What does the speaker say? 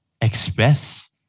express